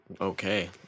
Okay